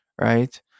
right